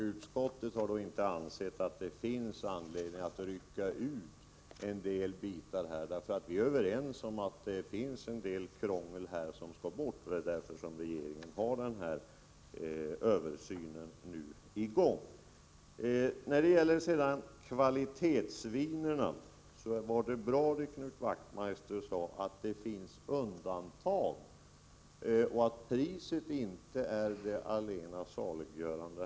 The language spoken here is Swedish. Utskottet har inte ansett att det finns anledning att rycka ut en del frågor ur sitt sammanhang. Vi är överens om att en del krångligheter måste bort, och det är också därför regeringen gör den här översynen. I fråga om kvalitetsvinerna är det riktigt, som Knut Wachtmeister sade, att det finns undantag och att priset inte är det allena saliggörande.